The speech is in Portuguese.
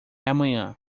amanhã